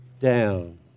down